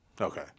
okay